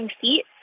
seat